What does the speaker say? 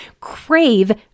crave